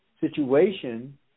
situation